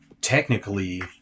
technically